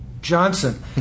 Johnson